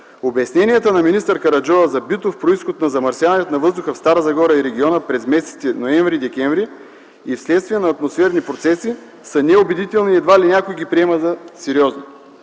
Обясненията на министър Караджова за битов произход на замърсяването на въздуха в Стара Загора и региона през месеците ноември и декември вследствие на атмосферни процеси са неубедителни и едва ли някой ги приема за сериозни.